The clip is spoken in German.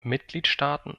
mitgliedstaaten